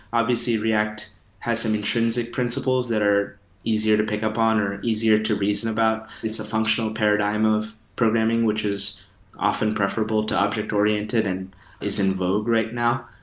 obviously, react has some intrinsic principles that are easier to pick up on or easier to reason about. it's functional paradigm of programming which is often preferable to object-oriented and is in vogue right now.